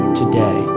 today